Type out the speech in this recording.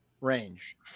range